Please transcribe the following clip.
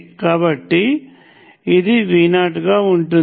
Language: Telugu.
కాబట్టి ఇది V0గా ఉంటుంది